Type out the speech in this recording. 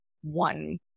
one